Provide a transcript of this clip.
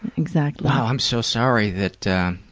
exactly. wow, i'm so sorry that